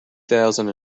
thousand